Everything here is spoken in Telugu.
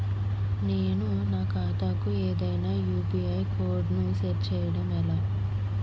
నేను నా ఖాతా కు ఏదైనా యు.పి.ఐ కోడ్ ను సెట్ చేయడం ఎలా?